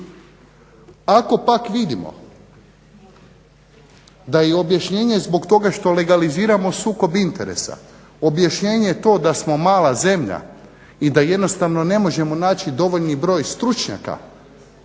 Ako pak vidimo da je objašnjenje zbog toga što legaliziramo sukob interesa, objašnjenje to da smo mala zemlja i da jednostavno ne možemo naći dovoljni broj stručnjaka,